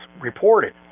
reported